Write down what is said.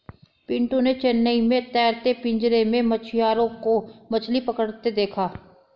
पिंटू ने चेन्नई में तैरते पिंजरे में मछुआरों को मछली पकड़ते देखा